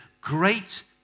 great